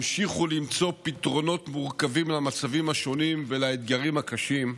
המשיכו למצוא פתרונות מורכבים למצבים השונים ולאתגרים הקשים,